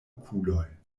okuloj